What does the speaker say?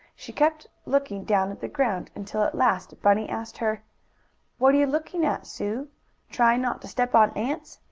she kept looking down at the ground, until at last bunny asked her what are you looking at sue trying not to step on ants?